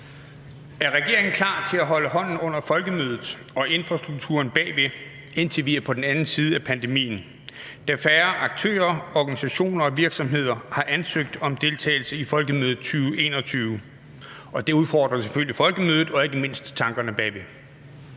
Er regeringen klar til at holde hånden under Folkemødet og infrastrukturen bagved, indtil vi er på den anden side af pandemien, da færre aktører, organisationer og virksomheder har ansøgt om deltagelse i Folkemødet 2021 og det selvfølgelig udfordrer Folkemødet og ikke mindst tankerne bag?